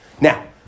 Now